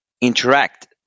interact